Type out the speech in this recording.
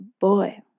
boy